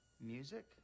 Music